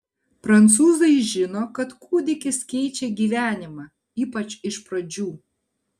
prancūzai žino kad kūdikis keičia gyvenimą ypač iš pradžių